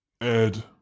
Ed